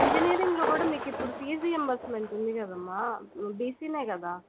ఇంజనీరింగ్లో కూడా మీకు ఇప్పుడు ఫీజ్ రియంబర్స్మెంట్ ఉంది కదమ్మా బీసీ కదా